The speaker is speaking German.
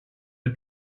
der